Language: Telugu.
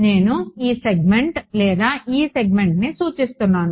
నేను ఈ సెగ్మెంట్ లేదా ఈ సెగ్మెంట్ని సూచిస్తున్నాను